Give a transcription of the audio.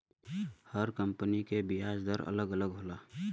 हर company के बियाज दर अलग अलग होला